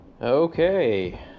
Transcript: Okay